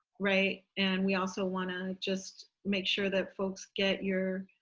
right. and we also want to just make sure that folks get your